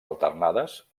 alternades